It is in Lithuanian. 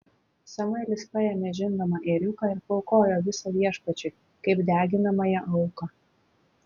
samuelis paėmė žindomą ėriuką ir paaukojo visą viešpačiui kaip deginamąją auką